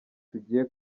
tugiye